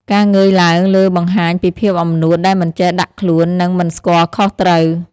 ការងើយឡើងលើបង្ហាញពីភាពអំនួតដែលមិនចេះដាក់ខ្លួន និងមិនស្គាល់ខុសត្រូវ។